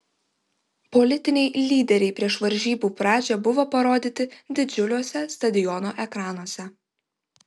politiniai lyderiai prieš varžybų pradžią buvo parodyti didžiuliuose stadiono ekranuose